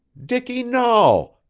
dicky nahl!